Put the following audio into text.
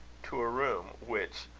to a room, which,